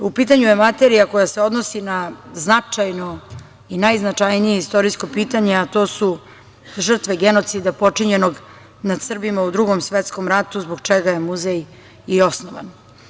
U pitanju je materija koja se odnosi na značajno i najznačajnije istorijsko pitanje, a to su žrtve genocida počinjenog nad Srbima u Drugom svetskom ratu, zbog čega je muzej i osnovan.